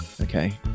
Okay